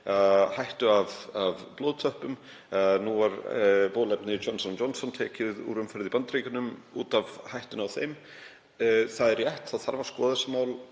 hættu af blóðtöppum. Nú var bóluefni Johnson og Johnson tekið úr umferð í Bandaríkjunum út af hættunni á þeim. Það er rétt, það þarf að skoða þessi mál